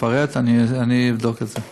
אני אבדוק את זה.